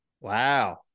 Wow